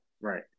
Right